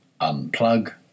unplug